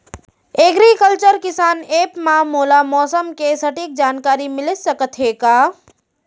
Agriculture किसान app मा मोला मौसम के सटीक जानकारी मिलिस सकत हे का?